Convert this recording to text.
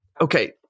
Okay